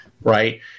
right